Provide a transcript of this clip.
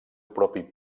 propi